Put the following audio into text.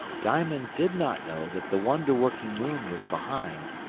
diamond did not know that the wonder-working moon was behind,